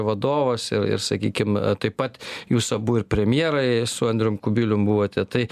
vadovas ir sakykim taip pat jūs abu ir premjerai su andrium kubilium buvote tai